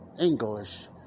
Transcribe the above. English